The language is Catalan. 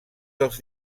dels